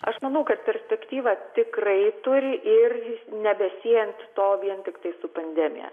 aš manau kad perspektyvą tikrai turi ir nebesiejant to vien tiktai su pandemija